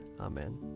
Amen